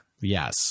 Yes